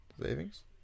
savings